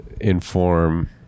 inform